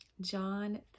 John